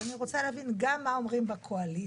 אז אני רוצה להבין גם מה אומרים בקואליציה?